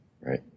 Right